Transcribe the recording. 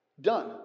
Done